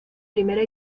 primera